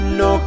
no